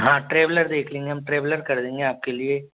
हाँ ट्रैवलर देख लेंगे हम ट्रैवलर कर देंगे आपके लिए